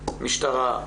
משטרה,